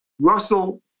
Russell